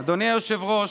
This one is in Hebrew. אדוני היושב-ראש,